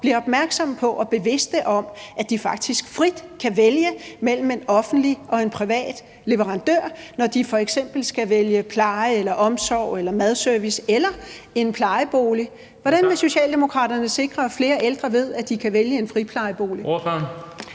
bliver opmærksomme på og bevidste om, at de faktisk frit kan vælge mellem en offentlig og en privat leverandør, når de f.eks. skal vælge pleje, omsorg, madservice eller en plejebolig? Hvordan vil Socialdemokraterne sikre, at flere ældre ved, at de kan vælge en friplejebolig?